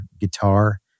guitar